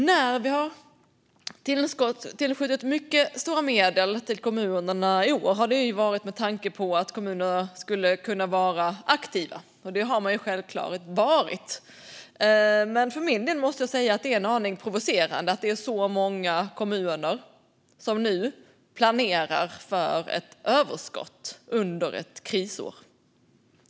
När vi har tillskjutit mycket stora medel till kommunerna i år har det varit med tanke på att kommunerna skulle kunna vara aktiva. Det har de självklart varit. Men jag tycker för min del att det är en aning provocerande att det är så många kommuner som nu planerar för ett överskott under ett krisår.